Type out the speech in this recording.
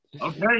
Okay